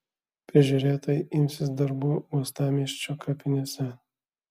prižiūrėtojai imsis darbų uostamiesčio kapinėse